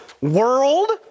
world